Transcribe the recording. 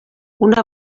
una